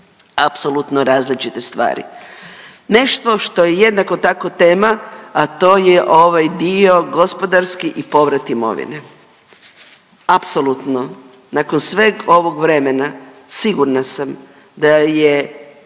apsolutno različite stvari. Nešto što je jednako tako tema, a to je ovaj dio gospodarski i povrat imovine. Apsolutno, nakon sveg ovog vremena, sigurna sam da je